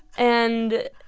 and